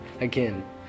Again